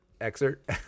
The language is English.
excerpt